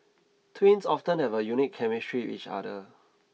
twins often have a unique chemistry with each other